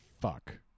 fuck